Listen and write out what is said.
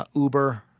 ah uber,